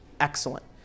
excellent